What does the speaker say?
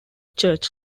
church